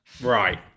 Right